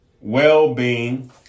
well-being